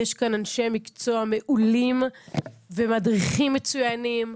יש כאן אנשי מקצוע מעולים ומדריכים מצוינים.